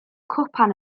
cwpan